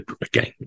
again